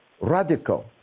radical